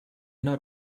not